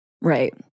right